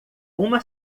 uma